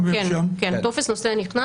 כן, זה טופס שלנו.